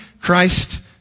Christ